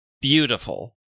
beautiful